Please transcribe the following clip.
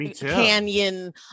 canyon